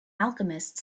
alchemist